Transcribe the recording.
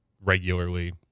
regularly